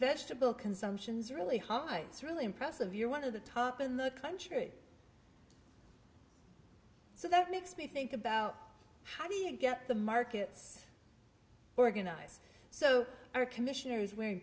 vegetable consumptions really high it's really impressive you're one of the top in the country so that makes me think about how do you get the markets organized so our commissioner is wearing